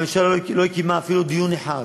הממשלה לא קיימה אפילו דיון אחד,